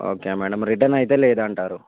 okay madam return అయితే లేదంటారు